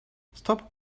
stop